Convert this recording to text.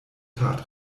tat